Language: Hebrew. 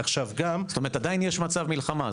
כלומר עדיין יש מצב מלחמה.